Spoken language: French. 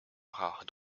rare